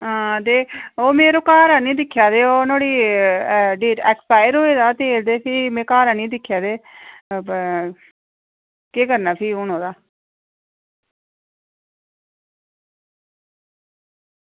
आं ते ओह् यरो में घर आह्नियै दिक्खेआ ते ओह् नुहाड़ी डेट एक्सपायर होए दा हा तेल ते भी में घर आह्नियै दिक्खेआ ते केह् करना फ्ही हून ओह्दा